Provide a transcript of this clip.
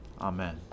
Amen